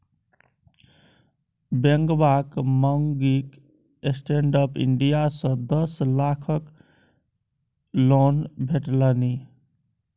बेंगबाक माउगीक stand up India सँ दस लाखक लोन भेटलनि